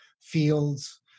fields